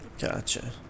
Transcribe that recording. Gotcha